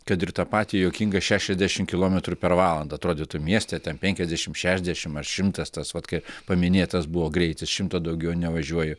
kad ir tą patį juokingą šešiasdešim kilometrų per valandą atrodytų mieste ten penkiasdešim šešiasdešim ar šimtas tas pat kaip paminėtas buvo greitis šimto daugiau nevažiuoju